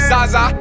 Zaza